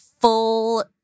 full